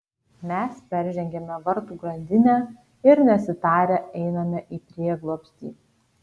mes peržengiame vartų grandinę ir nesitarę einame į prieglobstį